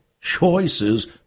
choices